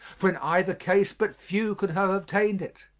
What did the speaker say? for in either case but few could have obtained it,